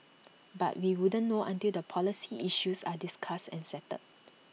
but we wouldn't know until the policy issues are discussed and settled